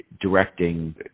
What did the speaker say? directing